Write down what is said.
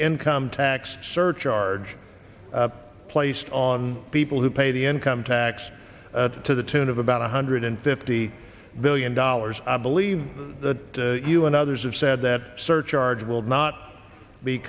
income tax surcharge placed on people who pay the income tax to the tune of about one hundred fifty billion dollars i believe that you and others have said that surcharge will not be